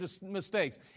mistakes